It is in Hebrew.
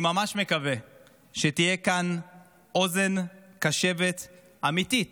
אני ממש מקווה שתהיה כאן אוזן קשבת אמיתית,